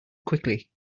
quickly